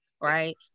right